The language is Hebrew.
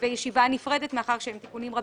בישיבה נפרדת מאחר שהם תיקונים רבים.